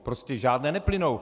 Prostě žádné neplynou.